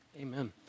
Amen